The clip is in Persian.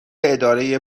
اداره